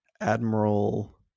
admiral